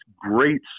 great